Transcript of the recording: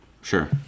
Sure